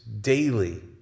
daily